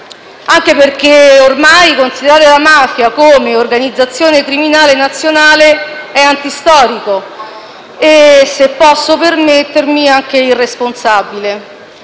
anche perché ormai considerare la mafia come organizzazione criminale nazionale è antistorico e, se posso permettetemi, anche irresponsabile.